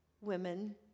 women